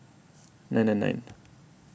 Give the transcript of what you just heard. nine nine nine